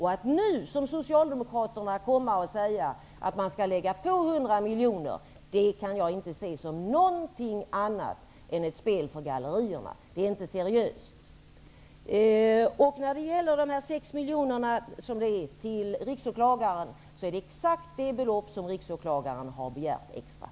Jag kan inte se att miljoner kronor är något annat än ett spel för gallerierna. Det är inte seriöst. Riksåklagaren har begärt exakt 6 miljoner kronor extra i anslag.